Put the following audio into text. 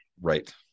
right